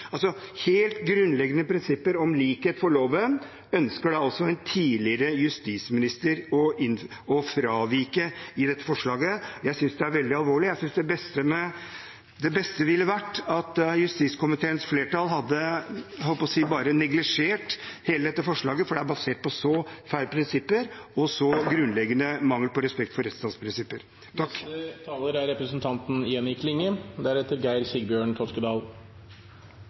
Helt grunnleggende prinsipper om likhet for loven ønsker altså en tidligere justisminister å fravike med dette forslaget. Jeg synes det er veldig alvorlig. Det beste ville vært at justiskomiteens flertall bare hadde neglisjert hele dette forslaget, for det er basert på så feil prinsipper og så grunnleggende mangel på respekt for